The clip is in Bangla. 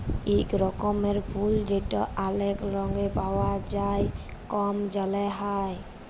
ইক রকমের ফুল যেট অলেক রঙে পাউয়া যায় কম জলে হ্যয়